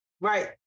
right